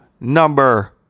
number